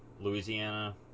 Louisiana